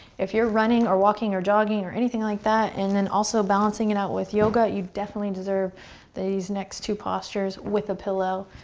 if you're running or walking or jogging or anything like that, and then also balancing it out with yoga, you definitely deserve these next two postures with a pillow.